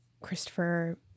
Christopher